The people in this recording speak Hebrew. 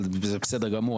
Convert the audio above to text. אבל זה בסדר גמור,